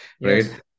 Right